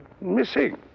missing